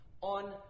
on